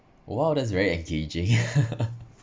!wow! that's very engaging